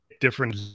different